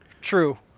true